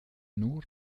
nur